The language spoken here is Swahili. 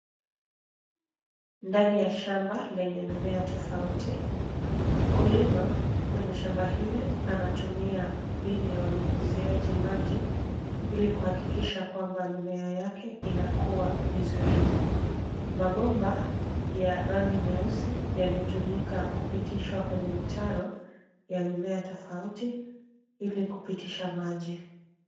Ndani ya shamba lenye mimea tofauti mkulima kwenye shamba hili anatumia mbinu ya unyunyiziaji maji ili kuhakikisha kwamba mimea yake inakua vizuri. Mabomba ya rangi nyeusi yametukima kupitishwa kwenye mitaro ya mimea tofauti ili kupitisha maji.